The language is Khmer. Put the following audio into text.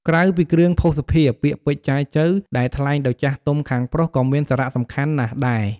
ក្រៅពីគ្រឿងភស្តុភារ ពាក្យពេចន៍ចែចូវ ដែលថ្លែងដោយចាស់ទុំខាងប្រុស ក៏មានសារៈសំខាន់ណាស់ដែរ។